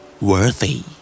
Worthy